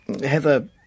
Heather